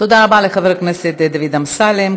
תודה רבה לחבר הכנסת דוד אמסלם.